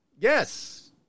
Yes